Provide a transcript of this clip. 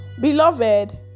beloved